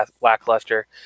lackluster